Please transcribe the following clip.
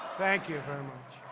thank you very much.